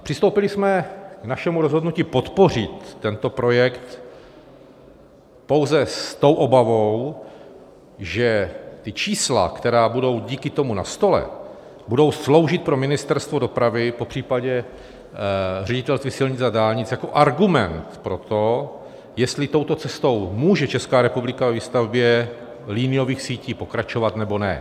Přistoupili jsme k našemu rozhodnutí podpořit tento projekt pouze s tou obavou, že čísla, která budou díky tomu na stole, budou sloužit pro Ministerstvo dopravy, popřípadě Ředitelství silnic a dálnic, jako argument pro to, jestli touto cestou může Česká republika ve výstavbě liniových sítí pokračovat, nebo ne.